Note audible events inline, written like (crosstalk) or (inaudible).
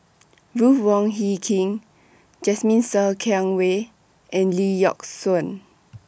(noise) Ruth Wong Hie King Jasmine Ser (unintelligible) Wei and Lee Yock Suan